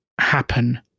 happen